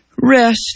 Rest